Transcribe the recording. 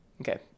okay